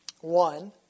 One